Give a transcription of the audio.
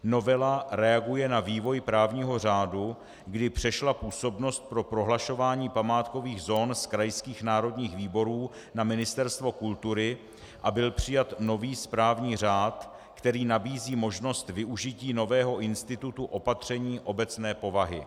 Novela reaguje na vývoj právního řádu, kdy přešla působnost pro prohlašování památkových zón z krajských národních výborů na Ministerstvo kultury a byl přijat nový správní řád, který nabízí možnost využití nového institutu opatření obecné povahy.